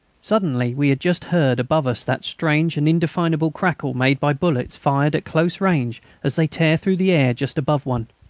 suddenly we had just heard above us that strange and indefinable crackle made by bullets fired at close range as they tear through the air just above one.